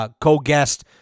co-guest